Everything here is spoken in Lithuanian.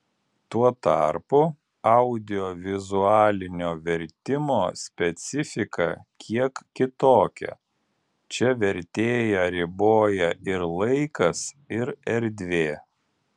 tuo tarpu audiovizualinio vertimo specifika kiek kitokia čia vertėją riboja ir laikas ir erdvė